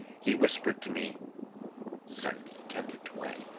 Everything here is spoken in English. he whispered to me send the attendant away.